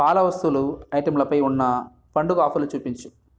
పాల వస్తువులు ఐటెంలపై ఉన్న పండుగ ఆఫర్లు చూపించు